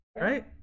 right